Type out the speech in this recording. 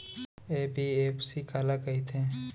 NBFC काला कहिथे?